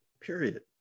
period